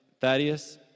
Thaddeus